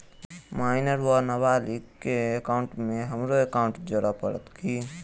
Minor वा नबालिग केँ एकाउंटमे हमरो एकाउन्ट जोड़य पड़त की?